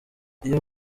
iyo